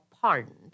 pardoned